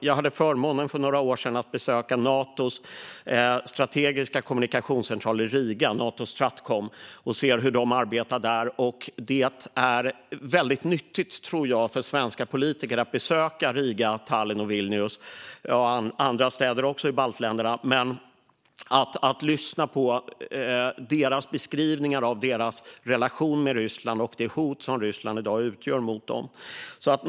Jag hade för några år sedan förmånen att få besöka Natos strategiska kommunikationscentral i Riga, Nato Stratcom, och se hur man arbetar där. Jag tror att det är väldigt nyttigt för svenska politiker att besöka Riga, Tallinn, Vilnius och andra städer i baltländerna och att lyssna på deras beskrivningar av deras relation med Ryssland och det hot som Ryssland i dag utgör mot dem.